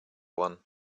one